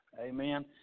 Amen